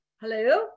hello